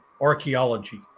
archaeology